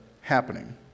happening